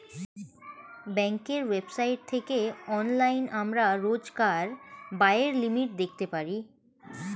ব্যাঙ্কের ওয়েবসাইট থেকে অনলাইনে আমরা রোজকার ব্যায়ের লিমিট দেখতে পারি